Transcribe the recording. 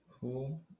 Cool